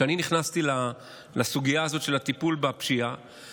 היא שכשאני נכנסתי לסוגיה הזאת של הטיפול בפשיעה,